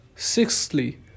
Sixthly